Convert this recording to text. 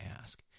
ask